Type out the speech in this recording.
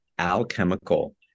alchemical